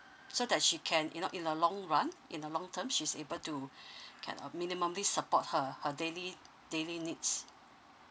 so that she can you know in a long run in the long term she's able to minimally support her her daily daily needs